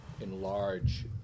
enlarge